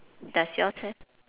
does yours have